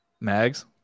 Mags